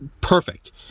Perfect